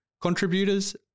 contributors